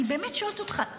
אני באמת שואלת אותך,